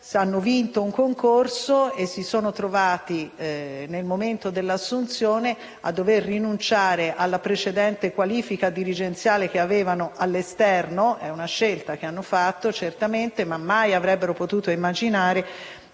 hanno vinto il concorso e si sono trovate, al momento dell'assunzione, a dover rinunciare alla precedente qualifica dirigenziale detenuta all'esterno. Certamente, è una scelta che hanno fatto, ma mai avrebbero potuto immaginare